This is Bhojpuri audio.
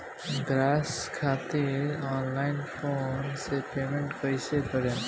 गॅस खातिर ऑनलाइन फोन से पेमेंट कैसे करेम?